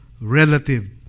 relative